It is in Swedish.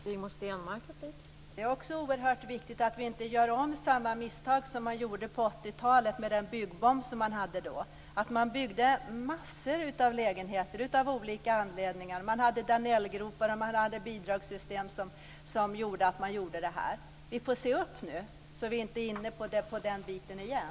Fru talman! Det är också oerhört viktigt att vi inte gör om samma misstag som man gjorde på 80-talet, med den byggbomb som man hade då. Man byggde massor av olika lägenheter av olika anledningar. Man hade Danellgropar. Man hade bidragssystem som ledde till att det blev så här. Vi får se upp nu så att vi inte kommer in på den biten igen.